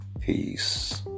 Peace